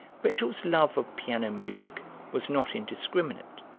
rachel's love of piano music was not indiscriminate,